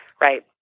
right